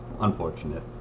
unfortunate